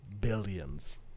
Billions